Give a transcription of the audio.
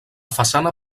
façana